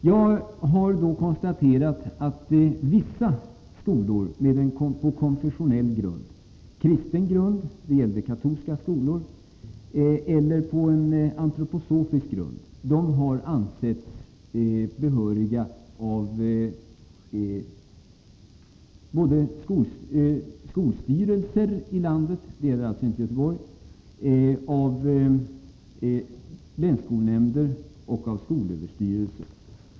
Jag har då konstaterat att vissa skolor på konfessionell grund, på kristen grund — det gäller katolska skolor — eller på antroposofisk grund har ansetts behöriga såväl av skolstyrelser i landet — det gäller alltså inte Göteborg — och av länsskolnämnder som av skolöverstyrelsen.